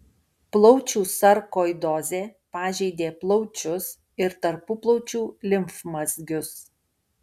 plaučių sarkoidozė pažeidė plaučius ir tarpuplaučių limfmazgius